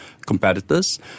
competitors